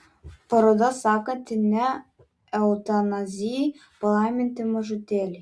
paroda sakanti ne eutanazijai palaiminti mažutėliai